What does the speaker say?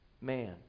man